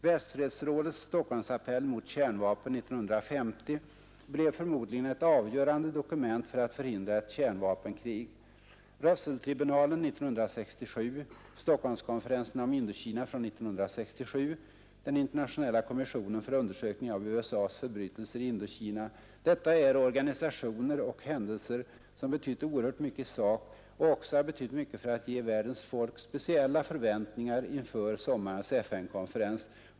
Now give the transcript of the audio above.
Världsfredsrådets Stockholmsappell mot kärnvapen 1950 blev förmodligen ett avgörande dokument för att förhindra ett kärnvapenkrig. Russelltribunalen 1967, Stockholmskonferenserna om Indokina från 1967, den internationella kommissionen för undersökning av USA :s förbrytelser i Indokina — detta är organisationer och händelser som betytt oerhört mycket i sak och som även betytt mycket för att ge världens folk speciella förväntningar inför sommarens FN-konferens i Stockholm.